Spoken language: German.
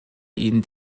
ihnen